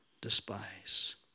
despise